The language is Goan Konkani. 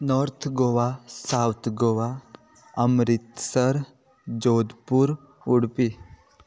north Goa south Goa Amritsar Jodhpur Udupi